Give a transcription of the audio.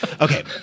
Okay